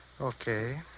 Okay